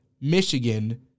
Michigan